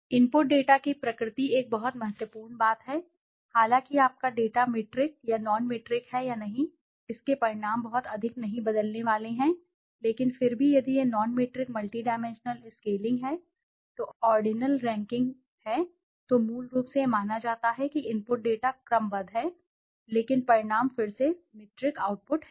input data की प्रकृति एक बहुत महत्वपूर्ण बात है हालांकि आपका डेटा मीट्रिक या नॉन मीट्रिक है या नहीं इसके परिणाम बहुत अधिक नहीं बदलने वाले हैं लेकिन फिर भी यदि यह नॉन मीट्रिक मल्टीडायमेंशनल स्केलिंग है जो ऑर्डिनल रैंकिंग है तो मूल रूप से यह माना जाता है कि इनपुट डेटा क्रमबद्ध हैं लेकिन परिणाम फिर से मीट्रिक आउटपुट है